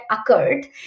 occurred